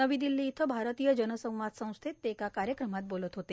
नवी दिल्ली इथं भारतीय जनसंवाद संस्थेत ते एका कार्यक्रमात बोलत होते